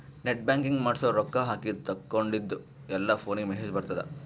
net banking ಮಾಡ್ಸುರ್ ರೊಕ್ಕಾ ಹಾಕಿದ ತೇಕೊಂಡಿದ್ದು ಎಲ್ಲಾ ಫೋನಿಗ್ ಮೆಸೇಜ್ ಬರ್ತುದ್